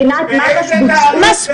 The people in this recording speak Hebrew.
באיזה תאריך זה